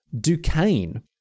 Duquesne